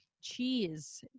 cheese